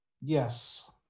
Yes